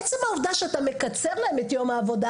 עצם העובדה שאתה מקצר להם את יום העבודה